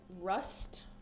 rust